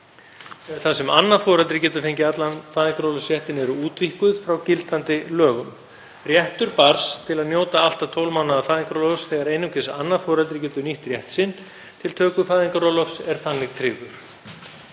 þar sem annað foreldrið getur fengið allan fæðingarorlofsréttinn eru útvíkkuð frá gildandi lögum. Réttur barns til að njóta allt að 12 mánaða fæðingarorlofs, þegar einungis annað foreldrið getur nýtt rétt sinn til töku fæðingarorlofs, er þannig tryggður.